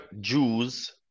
Jews